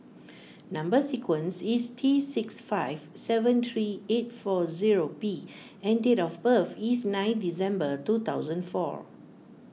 Number Sequence is T six five seven three eight four zero P and date of birth is nine December two thousand four